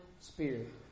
Spirit